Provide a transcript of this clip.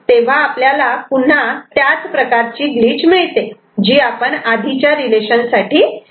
तेव्हा आपल्याला पुन्हा त्याच प्रकारची ग्लिच मिळते जी आपण आधीच्या रिलेशन साठी पाहिली